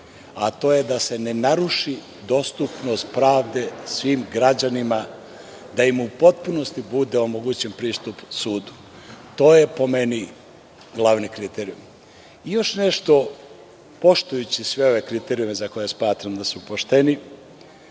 to da se ne naruši dostupnost pravde svim građanima, da im u potpunosti bude omogućen pristup sudu. To je, po meni, glavni kriterijum. Poštujući sve ove kriterijume za koje smatram da su pošteni,